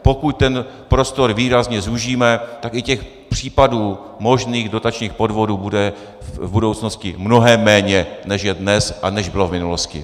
Pokud ten prostor výrazně zúžíme, tak i těch případů možných dotačních podvodů bude v budoucnosti mnohem méně, než je dnes a než bylo v minulosti.